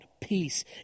peace